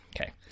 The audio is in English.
Okay